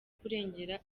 kurengera